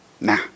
Nah